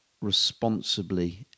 responsibly